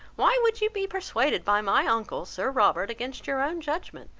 why would you be persuaded by my uncle, sir robert, against your own judgment,